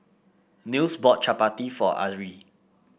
Nils bought Chapati for Ari